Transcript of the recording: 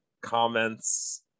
comments